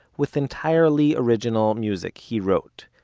with entirely original music he wrote.